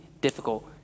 difficult